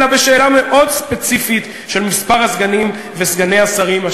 אלא בשאלה מאוד ספציפית של מספר השרים וסגני השרים".